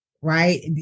right